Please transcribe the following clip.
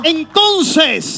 entonces